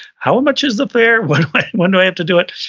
how much is the fare? when when do i have to do it?